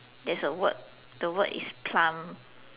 there's a word the word is plum